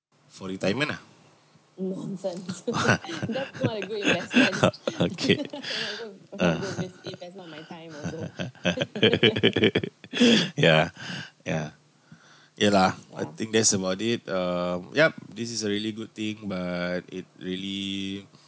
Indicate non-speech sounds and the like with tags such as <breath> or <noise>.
for retirement lah <laughs> okay <laughs> yeah <breath> yeah ya lah I think that's about it um yup this is a really good thing but it really